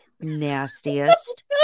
nastiest